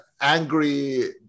angry